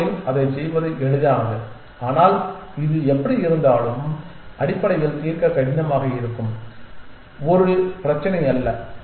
போர்டில் அதைச் செய்வது எளிதானது ஆனால் இது எப்படியிருந்தாலும் அடிப்படையில் தீர்க்க கடினமாக இருக்கும் ஒரு பிரச்சினை அல்ல